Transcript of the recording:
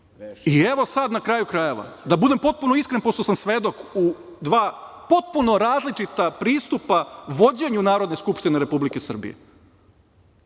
i evo sad, na kraju krajeva, da budem potpuno iskren, pošto sam svedok u dva potpuno različita pristupa vođenju Narodne skupštine Republike Srbije. Bio